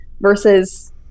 versus